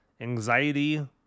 Anxiety